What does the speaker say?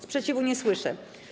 Sprzeciwu nie słyszę.